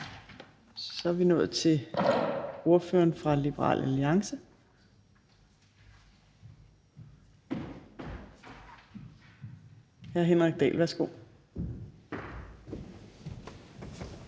Så er vi nået til ordføreren for Liberal Alliance, hr. Henrik Dahl. Værsgo.